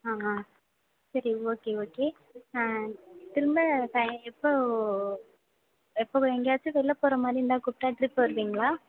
ஆ ஆ சரி okay okay திரும்ப எப்போது எப்போது எங்கேயாச்சும் வெளியில் போகிற மாதிரி இருந்தால் கூப்பிட்டா ட்ரிப் வருவீங்களா